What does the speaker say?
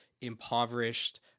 impoverished